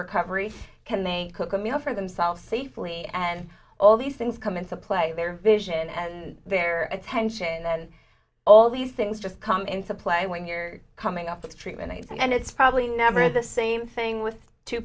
recovery can they cook a meal for themselves safely and all these things come into play their vision and their attention and then all these things just come into play when you're coming up with treatment and it's probably never the same thing with two